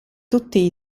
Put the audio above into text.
tutti